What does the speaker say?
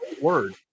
word